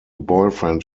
boyfriend